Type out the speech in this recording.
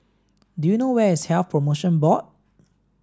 do you know where is Health Promotion Board